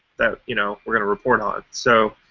that you know we're going to report on. so,